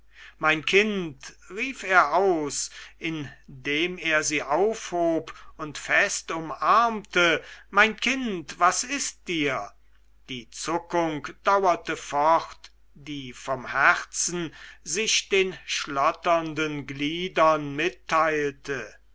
mein kind rief er aus indem er sie aufhob und fest umarmte mein kind was ist dir die zuckung dauerte fort die vom herzen sich den schlotternden gliedern mitteilte